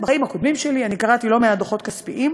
בחיים הקודמים שלי אני קראתי לא מעט דוחות כספיים.